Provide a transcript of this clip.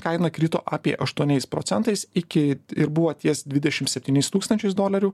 kaina krito apie aštuoniais procentais iki ir buvo ties dvidešim septynis tūkstančius dolerių